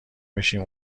بشیم